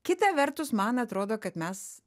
kita vertus man atrodo kad mes